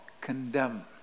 condemn